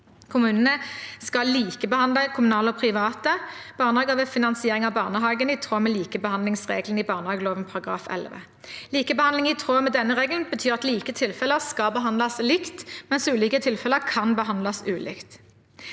Kommunene skal likebehandle kommunale og private barnehager ved finansiering av barnehagen, i tråd med likebehandlingsregelen i barnehageloven § 11. Likebehandling i tråd med denne regelen betyr at like tilfeller skal behandles likt, mens ulike tilfeller kan behandles ulikt.